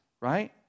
right